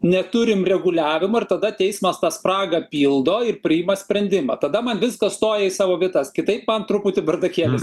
neturim reguliavimo ir tada teismas tą spragą pildo ir priima sprendimą tada man viskas stoja į savo vietas kitaip man truputį bardakėlis